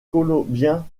colombien